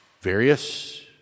Various